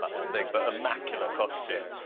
but this big, but immaculate costume.